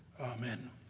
Amen